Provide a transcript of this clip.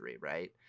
right